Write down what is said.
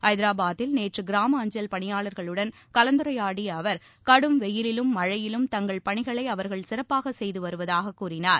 ஐதராபாதில் நேற்று கிராம அஞ்சல் பணியாளர்களுடன் கலந்துரையாடிய அவர் கடும் வெயிலிலும் மழையிலும் தங்கள் பணிகளை அவர்கள் சிறப்பாக செய்து வருவதாக கூறினார்